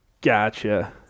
Gotcha